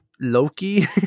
Loki